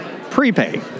prepay